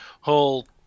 whole